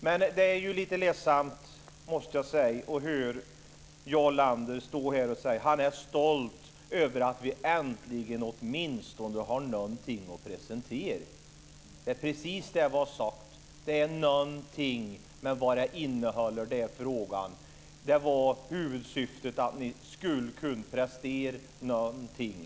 Men det är lite ledsamt, måste jag säga, att höra Jarl Lander säga att han är stolt över att man äntligen åtminstone har någonting att presentera. Det är precis det han har sagt, det är någonting, men vad det innehåller är frågan. Det var huvudsyftet, att ni skulle kunna prestera någonting.